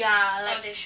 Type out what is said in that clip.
ya like